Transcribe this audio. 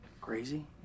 Crazy